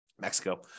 Mexico